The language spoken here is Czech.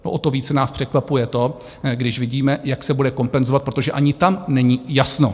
O to více nás překvapuje to, když vidíme, jak se bude kompenzovat, protože ani tam není jasno.